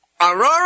Aurora